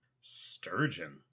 Sturgeon